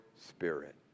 Spirit